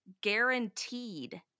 guaranteed